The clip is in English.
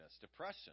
depression